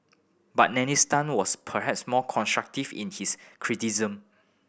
but Dennis Tan was perhaps more constructive in his criticism